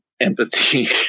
empathy